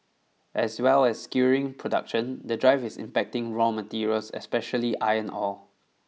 as well as skewering production the drive is impacting raw materials especially iron ore